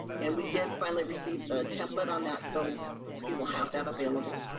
and we did finally receive the template on that, so we will have that available